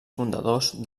fundadors